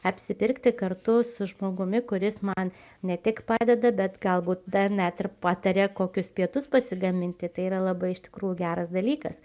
apsipirkti kartu su žmogumi kuris man ne tik padeda bet galbūt dar net ir pataria kokius pietus pasigaminti tai yra labai iš tikrųjų geras dalykas